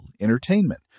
entertainment